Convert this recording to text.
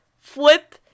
Flip